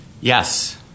Yes